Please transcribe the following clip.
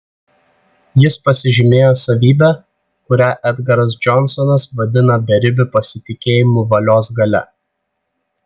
jis pasižymėjo savybe kurią edgaras džonsonas vadina beribiu pasitikėjimu valios galia